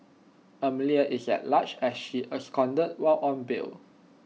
Amelia is at large as she absconded while on bail